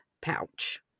pouch